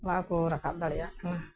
ᱵᱟᱠᱚ ᱨᱟᱠᱟᱵ ᱫᱟᱲᱮᱭᱟᱜ ᱠᱟᱱᱟ